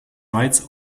rights